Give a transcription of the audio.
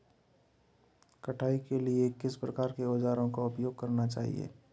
कटाई के लिए किस प्रकार के औज़ारों का उपयोग करना चाहिए?